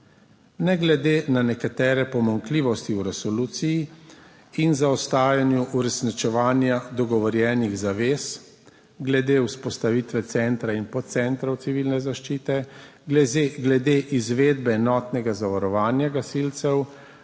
Ne glede na nekatere pomanjkljivosti v resoluciji in zaostajanju uresničevanja dogovorjenih zavez glede vzpostavitve centra in podcentrov civilne zaščite, glede izvedbe enotnega zavarovanja gasilcev,